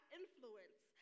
influence